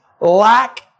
lack